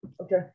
okay